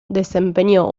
desempeñó